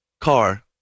car